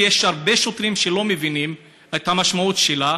כי יש הרבה שוטרים שלא מבינים את המשמעות שלה,